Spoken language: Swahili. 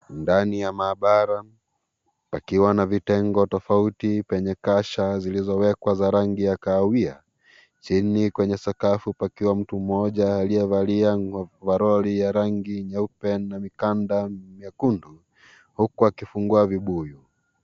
Ndani ya maabara pakiwa na vitengo tofauti vilivyo na kasha, zilizowekwa rangi ya kahawia, cheni kwenye sakafu pakiwa mtu mmoja aliyevalia ovaroli ya rangi nyeupe na, mikanda miekundu huku akifungua vibuyu.